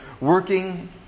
working